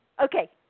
Okay